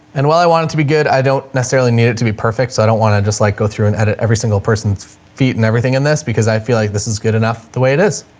and while i want it to be good, i don't necessarily need it to be perfect, so i don't want to just like go through and edit every single person's feet and everything in this because i feel like this is good enough the way it is.